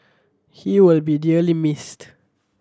he will be dearly missed